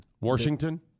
Washington